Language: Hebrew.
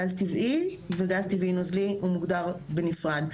גז טבעי וגז טבעי נוזלי הוא מוגדר בנפרד.